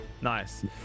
Nice